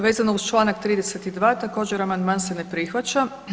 Vezano uz čl. 32 također, amandman se ne prihvaća.